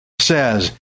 says